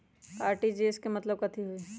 RTGS के मतलब कथी होइ?